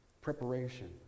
Preparation